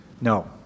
No